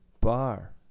bar